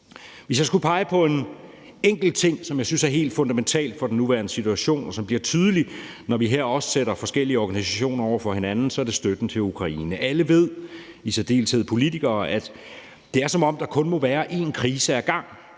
Hvis jeg skulle pege på en enkelt ting, som jeg synes er helt fundamentalt i den nuværende situation, og som bliver tydelig, når vi her sætter forskellige organisationer over for hinanden, så er det støtten til Ukraine. Alle ved, i særdeleshed politikere, at det er, som om der kun må være én krise ad gangen.